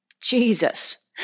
Jesus